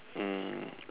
um